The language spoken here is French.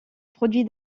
produit